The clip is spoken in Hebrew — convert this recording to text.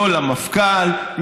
לא למפכ"ל,